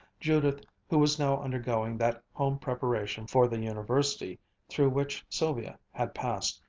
judith who was now undergoing that home-preparation for the university through which sylvia had passed,